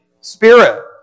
spirit